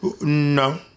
No